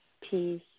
peace